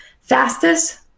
Fastest